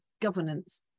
governance